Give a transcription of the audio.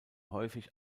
häufig